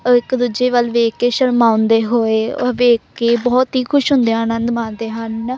ਉਹ ਇੱਕ ਦੂਜੇ ਵੱਲ ਦੇਖ ਕੇ ਸ਼ਰਮਾਉਂਦੇ ਹੋਏ ਉਹ ਦੇਖ ਕੇ ਬਹੁਤ ਹੀ ਖੁਸ਼ ਹੁੰਦੇ ਆ ਆਨੰਦ ਮਾਣਦੇ ਹਨ